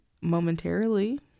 momentarily